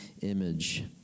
image